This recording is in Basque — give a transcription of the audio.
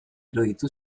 iruditu